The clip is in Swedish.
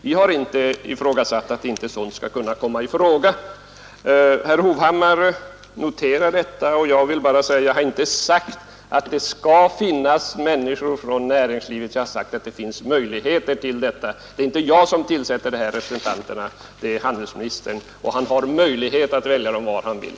Vi har inte ifrågasatt att någonting sådant inte skall kunna ske. Herr Hovhammar noterade detta, men jag vill bara framhålla att jag inte sagt att det skall finnas människor från näringslivet med. Jag har sagt att det finns möjligheter till detta. Det är inte jag som tillsätter de här representanterna, det är handelsministern och han har möjlighet att välja vilka han vill.